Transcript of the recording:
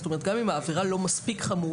זאת אומרת גם אם העבירה לא מספיק חמורה